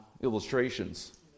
illustrations